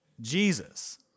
Jesus